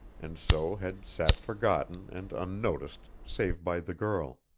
and so had sat forgotten and unnoticed save by the girl,